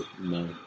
no